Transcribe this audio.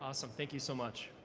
awesome, thank you so much.